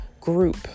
group